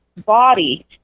body